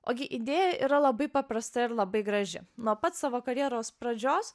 ogi idėja yra labai paprasta ir labai graži nuo pat savo karjeros pradžios